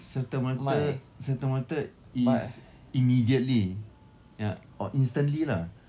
serta-merta serta-merta is immediately ya or instantly lah